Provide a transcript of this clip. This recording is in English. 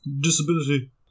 Disability